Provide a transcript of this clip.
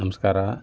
ನಮಸ್ಕಾರ